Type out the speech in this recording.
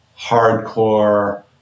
hardcore